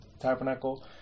tabernacle